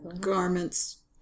garments